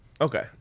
Okay